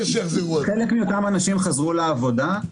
חלק מאותם אנשים חזרו לעבודה,